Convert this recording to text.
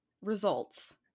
results